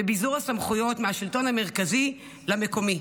בביזור הסמכויות מהשלטון המרכזי למקומי.